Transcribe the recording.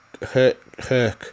Herk